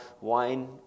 wine